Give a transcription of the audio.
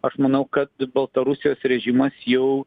aš manau kad baltarusijos režimas jau